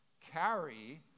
carry